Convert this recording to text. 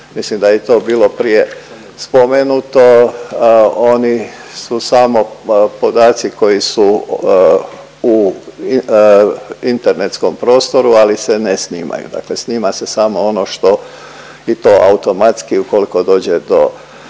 mislim da je i to bilo prije spomenuto, oni su samo podaci koji su u internetskom prostoru ali se ne snimaju. Dakle snima se samo ono što i to automatski, ukoliko dođe do